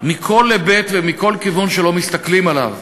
מכל היבט ומכל כיוון שלא מסתכלים עליו.